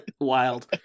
wild